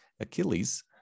Achilles